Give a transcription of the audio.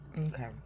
Okay